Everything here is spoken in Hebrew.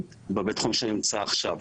בבית החולים שאני נמצא עכשיו.